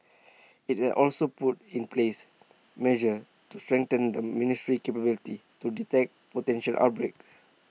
IT has also put in place measures to strengthen the ministry's capability to detect potential outbreaks